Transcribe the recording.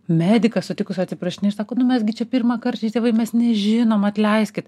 mediką sutikus atsiprašinėja ir sako nu mes gi čia pirmąkart čia tėvai mes nežinom atleiskit